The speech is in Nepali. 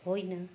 होइन